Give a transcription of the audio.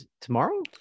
tomorrow